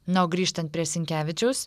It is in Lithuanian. na o grįžtant prie sinkevičiaus